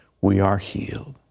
we are healed.